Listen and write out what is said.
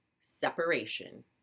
Separation